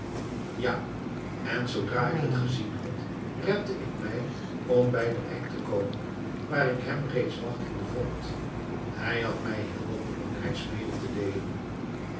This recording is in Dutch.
ja en zoodra ik het gezien had repte ik mij om bij den eik te komen waar ik hem reeds wachtende vond hij had mij heel wat belangrijks mede te deelen